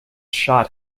shot